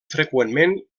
freqüentment